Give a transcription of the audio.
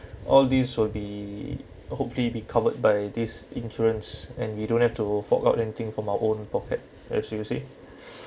all these will be hopefully be covered by this insurance and you don't have to fork out anything from my our own pocket as you see